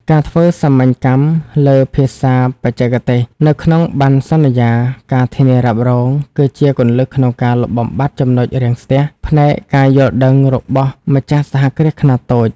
ការធ្វើសាមញ្ញកម្មលើ "ភាសាបច្ចេកទេស" នៅក្នុងបណ្ណសន្យា ការធានារ៉ាប់រង គឺជាគន្លឹះក្នុងការលុបបំបាត់ ចំណុចរាំងស្ទះ ផ្នែកការយល់ដឹងរបស់ម្ចាស់សហគ្រាសខ្នាតតូច។